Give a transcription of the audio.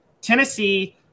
Tennessee